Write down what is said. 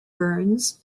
burns